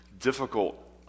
difficult